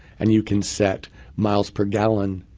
and you can set miles per gallon